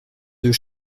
deux